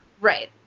Right